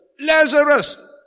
Lazarus